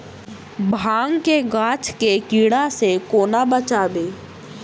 भांग केँ गाछ केँ कीड़ा सऽ कोना बचाबी?